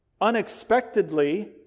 unexpectedly